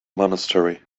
monastery